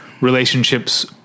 relationships